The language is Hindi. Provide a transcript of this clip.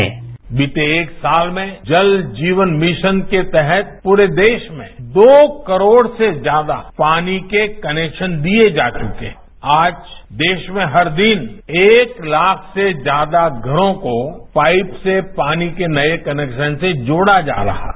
बाईट बीते एक साल में जल जीवन मिशन के तहत पूरे देश में दो करोड़ से ज्यादा पानी के कनेक्शन दिए जा चुके हैं आज देश में हर दिन एक लाख से ज्यादा घरों को पाईप से पानी के नए कनेक्शन से जोड़ा जा रहा है